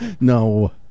no